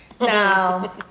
now